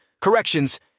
Corrections